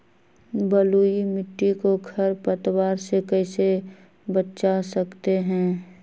बलुई मिट्टी को खर पतवार से कैसे बच्चा सकते हैँ?